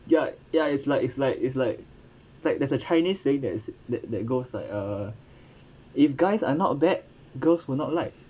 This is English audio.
ya ya it's like it's like it's like it's like there's a chinese saying there is that that goes like uh if guys are not bad girls will not like